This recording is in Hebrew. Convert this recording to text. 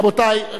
רבותי,